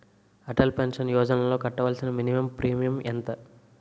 Atal pension యోజనలో కట్టవలసిన minimum premium ఎంత?